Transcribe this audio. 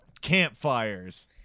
Campfires